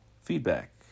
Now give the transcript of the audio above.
feedback